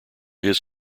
his